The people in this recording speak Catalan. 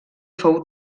fou